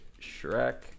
Shrek